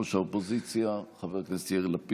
ראש האופוזיציה חבר הכנסת יאיר לפיד,